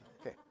Okay